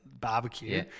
barbecue